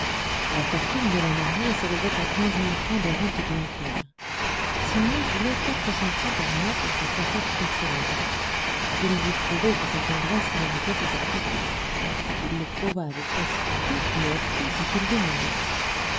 la fortune de la mariée s'élevait à quinze mille francs de rentes bien claires simon voulait quatre cents francs par mois pour sa cassette personnelle il dut prouver que sa tendresse méritait ce sacrifice il le prouva avec facilité et obtint ce qu'il demandait